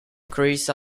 chris